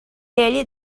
ele